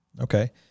Okay